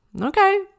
okay